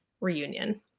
reunion